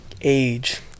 age